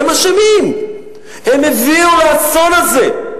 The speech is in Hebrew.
הם הביאו לאסון הזה.